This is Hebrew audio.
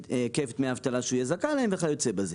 היקף דמי האבטלה שהוא יהיה זכאי להם וכיוצא בזה.